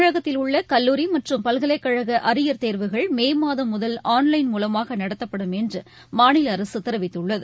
தமிழகத்தில் உள்ள கல்லூரி மற்றும் பல்கலைக்கழக அரியர் தேர்வுகள் மே மாதம் முதல் ஆன்லைன் மூலமாக நடத்தப்படும் என்று மாநில அரசு தெரிவித்துள்ளது